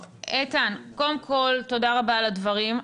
איתן, קודם כל תודה רבה על הדברים.